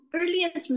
earliest